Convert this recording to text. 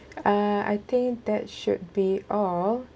uh I think that should be all